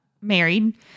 married